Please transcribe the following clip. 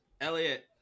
elliot